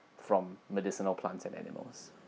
from medicinal plants and animals